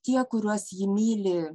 tie kuriuos ji myli